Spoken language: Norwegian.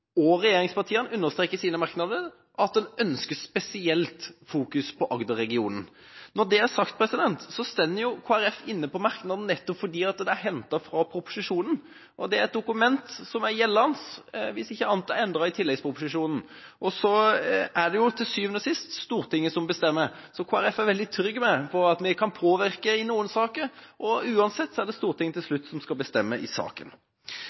og regjeringspartiene understreker i sine merknader at en ønsker spesielt å fokusere på Agder-regionen. Når det er sagt, vil jeg si at Kristelig Folkeparti er med på merknaden fordi dette er hentet fra proposisjonen. Det er gjeldende dokument – hvis ikke noe er endret i tilleggsproposisjonen. Til syvende og sist er det Stortinget som bestemmer, så vi i Kristelig Folkeparti er veldig trygge på at vi kan påvirke i noen saker. Uansett er det Stortinget som til slutt skal bestemme i saken.